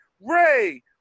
Ray